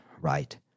right